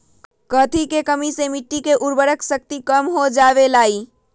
कथी के कमी से मिट्टी के उर्वरक शक्ति कम हो जावेलाई?